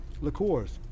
liqueurs